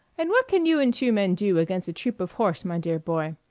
and what can you and two men do against a troop of horse, my dear boy?